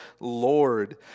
Lord